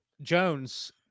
Jones